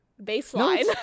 baseline